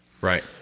Right